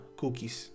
cookies